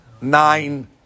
nine